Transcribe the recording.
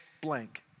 blank